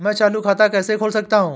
मैं चालू खाता कैसे खोल सकता हूँ?